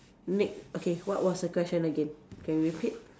ne~ okay what was the question again can repeat